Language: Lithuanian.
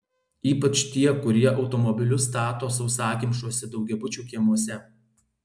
ypač tie kurie automobilius stato sausakimšuose daugiabučių kiemuose